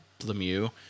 Lemieux